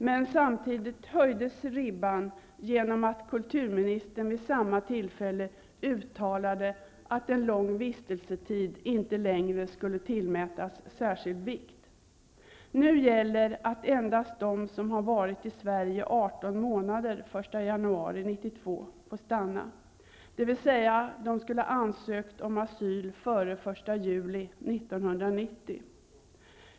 Men samtidigt höjdes ribban genom att kulturministern vid samma tillfälle uttalade att en lång vistelsetid inte längre skulle tillmätas särskild vikt. Nu gäller att endast de som har varit i Sverige 18 månader den 1 januari 1992 får stanna, dvs. att de skulle ha ansökt om asyl före den 1 juli 1990.